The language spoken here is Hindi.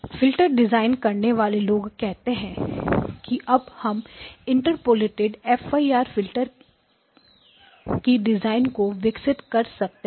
फिल्टर डिज़ाइन करने वाले लोग कहते हैं कि अब हम इंटरपोलेटेड एफ आई आर की डिज़ाइन को विकसित कर सकते हैं